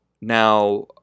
now